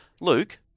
Luke